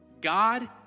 God